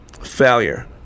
failure